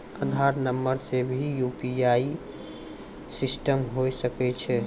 आधार नंबर से भी यु.पी.आई सिस्टम होय सकैय छै?